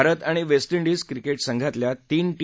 भारत आणि West Indies cricket संघातल्या तीन टी